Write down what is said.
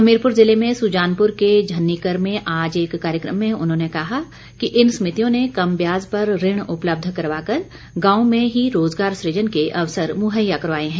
हमीरपुर जिले में सुजानपुर के झनिक्कर में आज एक कार्यक्रम में उन्होंने कहा कि इन समितियों ने कम ब्याज पर ऋण उपलब्ध करवाकर गांव में ही रोजगार सुजन के अवसर मुहैया करवाए हैं